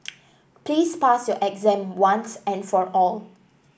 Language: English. please pass your exam once and for all